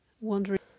wondering